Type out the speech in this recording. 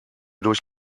durch